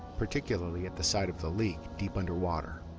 particularly at the site of the leak, deep underwater.